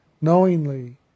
knowingly